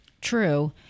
True